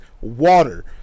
Water